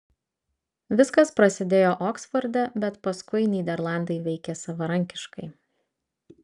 viskas prasidėjo oksforde bet paskui nyderlandai veikė savarankiškai